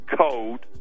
code